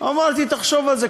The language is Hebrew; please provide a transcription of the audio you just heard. אמרתי: תחשוב על זה,